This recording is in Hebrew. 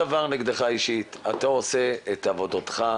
אני לא מצפה ממך אני אקל עליך שתענה לי כי אין לך מה לענות.